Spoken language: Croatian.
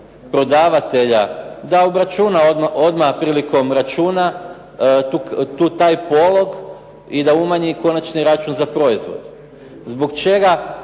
prodavatelja da obračuna odmah prilikom računa tu taj polog i da umanji konačni račun za proizvod. Zbog čega